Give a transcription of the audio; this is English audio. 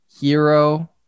Hero